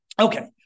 Okay